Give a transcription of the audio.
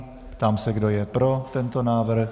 Ptám se, kdo je pro tento návrh.